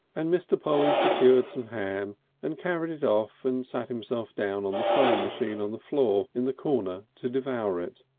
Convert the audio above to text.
and mr. polly secured some ham and carried it off and sat himself down on the sewing machine on the floor in the corner to devour it.